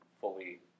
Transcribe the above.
fully